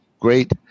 great